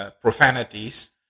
profanities